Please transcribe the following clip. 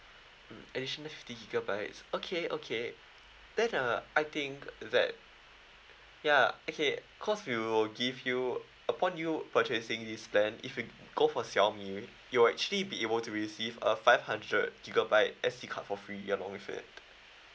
mm additional fifty gigabytes okay okay then uh I think that ya okay cause we will give you upon you purchasing this plan if you go for xiaomi you will actually be able to receive a five hundred gigabyte S_D card for free along with it